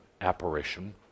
apparition